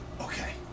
Okay